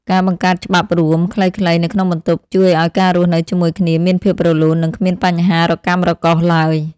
ការបង្កើតច្បាប់រួមខ្លីៗនៅក្នុងបន្ទប់ជួយឱ្យការរស់នៅជាមួយគ្នាមានភាពរលូន និងគ្មានបញ្ហារកាំរកូសឡើយ។